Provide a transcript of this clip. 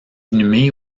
inhumé